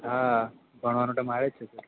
હા ભણવાનો ટર્મ આવે જ છે ને